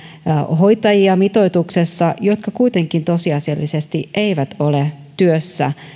hoitajia mitoituksessa jotka kuitenkin tosiasiallisesti eivät ole työssä